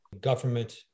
government